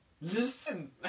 Listen